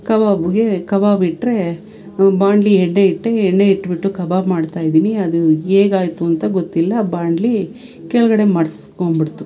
ಕಬಾಬ್ಗೆ ಕಬಾಬ್ ಇಟ್ಟರೆ ಬಾಂಡ್ಲಿ ಎಣ್ಣೆ ಇಟ್ಟೆ ಎಣ್ಣೆ ಇಟ್ಬಿಟ್ಟು ಕಬಾಬ್ ಮಾಡ್ತಾಯಿದ್ದಿನಿ ಅದು ಹೇಗಾಯ್ತು ಅಂತ ಗೊತ್ತಿಲ್ಲ ಬಾಂಡ್ಲಿ ಕೆಳಗಡೆ ಮಡಿಸ್ಕೊಂಬಿಡ್ತು